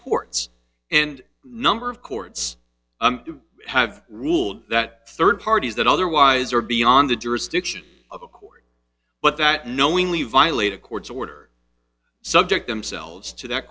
courts and number of courts have ruled that third parties that otherwise are beyond the jurisdiction of a court but that knowingly violate a court order subject themselves to that